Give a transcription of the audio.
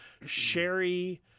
Sherry